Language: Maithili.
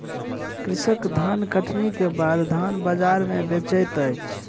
कृषक धानकटनी के बाद धान बजार में बेचैत अछि